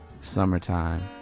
summertime